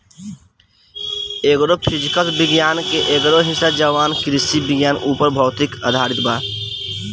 agro physics विज्ञान के एगो हिस्सा ह जवन कृषि विज्ञान अउर भौतिकी पर आधारित बा